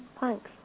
thanks